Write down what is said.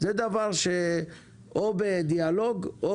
זה דבר שצריך להגיע אליו או בדיאלוג או